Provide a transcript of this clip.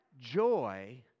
Joy